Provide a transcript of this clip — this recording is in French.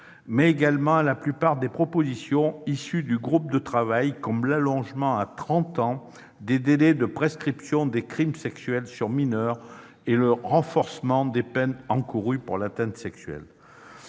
mais également à la plupart des propositions issues du groupe de travail, telles que l'allongement à trente ans du délai de prescription des crimes sexuels sur mineurs et le renforcement des peines encourues pour atteinte sexuelle.